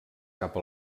cap